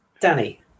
Danny